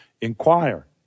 inquire